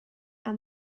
and